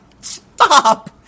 stop